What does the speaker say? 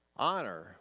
Honor